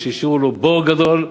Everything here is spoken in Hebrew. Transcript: ושהשאירו לו בור גדול,